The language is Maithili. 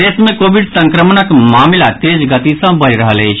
प्रदेश मे कोविड संक्रमणक मामिला तेज गति सँ बढ़ि रहल अछि